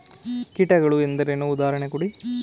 ಕೀಟಗಳು ಎಂದರೇನು? ಉದಾಹರಣೆ ಕೊಡಿ?